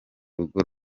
rugo